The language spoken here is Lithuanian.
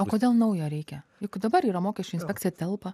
o kodėl naujo reikia juk dabar yra mokesčių inspekcija telpa